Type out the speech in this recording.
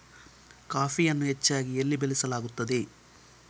ಕಾಫಿಯನ್ನು ಹೆಚ್ಚಾಗಿ ಎಲ್ಲಿ ಬೆಳಸಲಾಗುತ್ತದೆ?